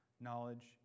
Knowledge